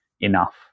enough